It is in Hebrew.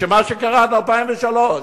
מה שקרה עד 2003?